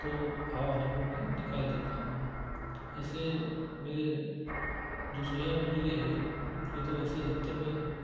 तो भाव आने पर में निकाल देता हूँ ऐसे मैं जो सोयाबीन और यह है यह तो वैसे अधिकतर में